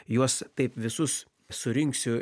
juos taip visus surinksiu